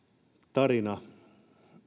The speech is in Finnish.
tarina